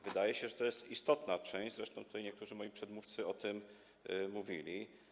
Wydaje się, że to jest istotna część, zresztą niektórzy moi przedmówcy o tym mówili.